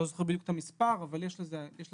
אני לא זוכר בדיוק את המספר אבל יש על זה הערכות,